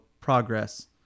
Progress